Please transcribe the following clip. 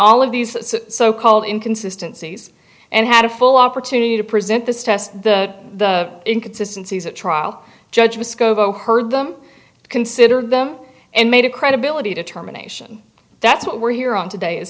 all of these so called inconsistences and had a full opportunity to present this test the inconsistency the trial judge muskoka heard them consider them and made a credibility determination that's what we're here on today is